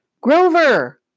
Grover